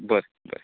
बरें बाय